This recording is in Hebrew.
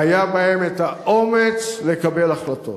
והיה בהם האומץ לקבל החלטות.